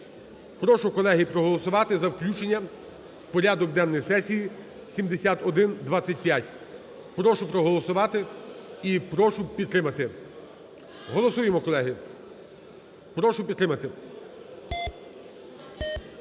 Прошу, колеги, проголосувати за включення у порядок денний сесії 7125. Прошу проголосувати і прошу підтримати. Голосуємо, колеги. Прошу підтримати.